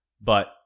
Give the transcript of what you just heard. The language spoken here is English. But-